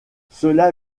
cela